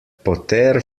poter